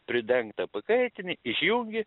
pridengtą pakaitini išjungi